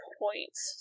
points